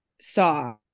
Saw